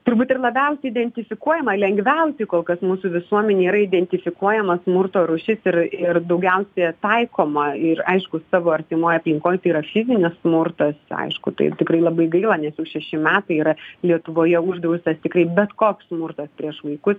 turbūt ir labiausiai identifikuojama lengviausiai kol kas mūsų visuomenėje yra identifikuojama smurto rūšis ir ir daugiausiai taikoma ir aiškus savo artimoj aplinkoj tai yra fizinis smurtas aišku tai tikrai labai gaila nes jau šeši metai yra lietuvoje uždraustas kaip bet koks smurtas prieš vaikus